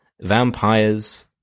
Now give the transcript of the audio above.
vampires